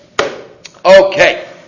Okay